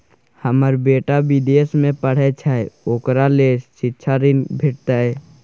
हमर बेटा विदेश में पढै छै ओकरा ले शिक्षा ऋण भेटतै?